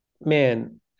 man